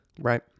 Right